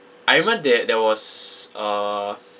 I remember there there was a